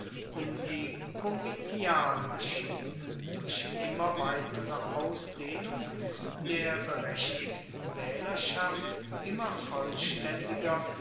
um die komitialmaschine durch immer weitere ausdehnung der berechtigten wählerschaft immer vollständiger